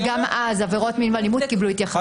וגם אז עבירות מין ואלימות קיבלו התייחסות.